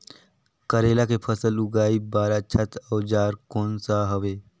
करेला के फसल उगाई बार अच्छा औजार कोन सा हवे?